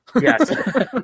Yes